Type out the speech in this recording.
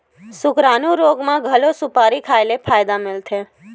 सुकरानू रोग म घलो सुपारी खाए ले फायदा मिलथे